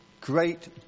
great